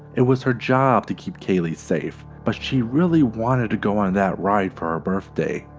it was her job to keep kalee safe, but she really wanted to go on that ride for her birthday.